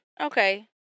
okay